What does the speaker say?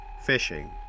Fishing